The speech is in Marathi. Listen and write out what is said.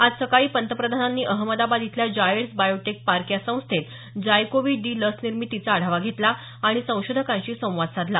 आज सकाळी पंतप्रधानांनी अहमदाबाद इथल्या जायड्स बायोटेक पार्क या संस्थेत जायकोवी डी लस निर्मितीचा आढावा घेतला आणि संशोधकांशी संवाद साधला